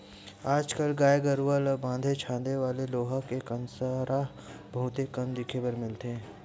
आज कल गाय गरूवा ल बांधे छांदे वाले लोहा के कांसरा बहुते कम देखे बर मिलथे